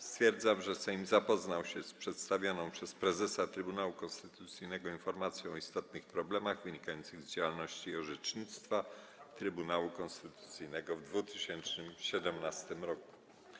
Stwierdzam, że Sejm zapoznał się z przedstawioną przez prezes Trybunału Konstytucyjnego informacją o istotnych problemach wynikających z działalności i orzecznictwa Trybunału Konstytucyjnego w 2017 r.